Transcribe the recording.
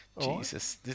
Jesus